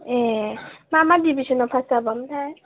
ए मा मा दिबिसनाव फास जाबोयामोन थाय